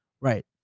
right